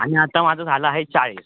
आणि आता माझं झालं आहे चाळीस